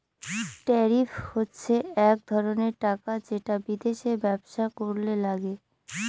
tariff হচ্ছে এক ধরনের টাকা যেটা বিদেশে ব্যবসা করলে লাগে